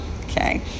Okay